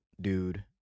dude